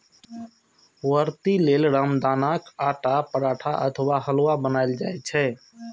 व्रती लेल रामदानाक आटाक पराठा अथवा हलुआ बनाएल जाइ छै